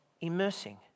immersing